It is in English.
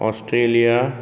Australia